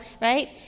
right